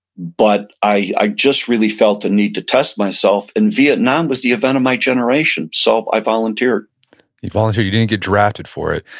but i just really felt the need to test myself and vietnam was the event of my generation so i volunteered you volunteered. you didn't get drafted for it.